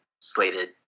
slated